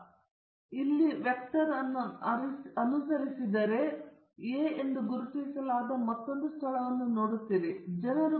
ನೀವು ಒ ಎಂದು ಗುರುತಿಸಲಾದ ಸ್ಥಳವನ್ನು ನೋಡಬಹುದು ಮತ್ತು ನೀವು ಇಲ್ಲಿ ಈ ವೆಕ್ಟರ್ ಅನ್ನು ಅನುಸರಿಸಿದರೆ ನೀವು ಎ ಎಂದು ಗುರುತಿಸಲಾದ ಮತ್ತೊಂದು ಸ್ಥಳವನ್ನು ನೋಡುತ್ತೀರಿ ಇದು ಸಿ ಗಂ ಎಂದು ಸಿಹೆಚ್ ಸೂಚಿಸಿರುವಂತೆ ಸಿ ಎಂದು ಸೂಚಿಸಲಾದ ವೆಕ್ಟರ್ ಆಗಿದೆ